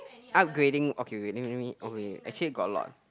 upgrading okay wait lemme lemme okay actually got a lot